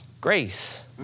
grace